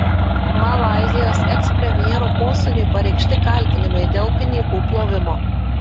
malaizijos ekspremjero posūniui pareikšti kaltinimai dėl pinigų plovimo